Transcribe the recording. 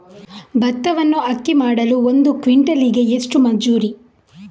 ಭತ್ತವನ್ನು ಅಕ್ಕಿ ಮಾಡಲು ಒಂದು ಕ್ವಿಂಟಾಲಿಗೆ ಎಷ್ಟು ಮಜೂರಿ?